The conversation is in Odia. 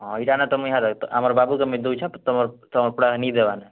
ହ ଏଇଟାନ ଆମର ବାବୁ ତୁମେ ଦେଉଛ ତୁମ ପଡ଼ାକେ ନାଇଁ ଦେବାନେ